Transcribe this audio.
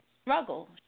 struggle